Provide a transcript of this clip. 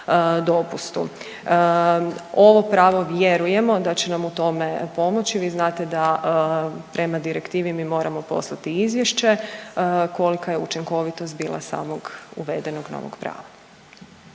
Ovo pravo vjerujemo da će nam u tome pomoći, vi znate da prema direktivi mi moramo poslati izvješće kolika je učinkovitost bila samog uvedenog novog prava.